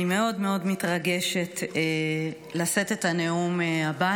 אני מאוד מאוד מתרגשת לשאת את הנאום הבא.